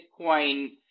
Bitcoin